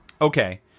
Okay